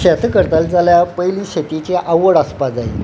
शेतां करताले जाल्यार पयली शेतीची आवड आसपा जाय